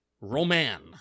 Roman